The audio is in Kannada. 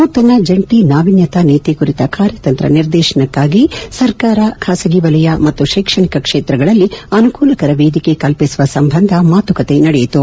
ನೂತನ ಜಂಟಿ ನಾವೀನ್ಯತಾ ನೀತಿ ಕುರಿತ ಕಾರ್ಯತಂತ್ರ ನಿರ್ದೇಶನಕ್ಕಾಗಿ ಸರ್ಕಾರ ಖಾಸಗಿ ವಲಯ ಮತ್ತು ಶೈಕ್ಷಣಿಕ ಕ್ಷೇತ್ರಗಳಲ್ಲಿ ಅನುಕೂಲಕರ ವೇದಿಕೆ ಕಲ್ಪಿಸುವ ಸಂಬಂಧ ಮಾತುಕತೆ ನಡೆಯಿತು